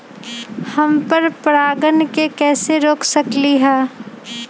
हम पर परागण के कैसे रोक सकली ह?